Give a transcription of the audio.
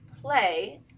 play